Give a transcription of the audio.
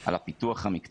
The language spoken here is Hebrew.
על הפיתוח המקצועי,